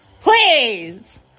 please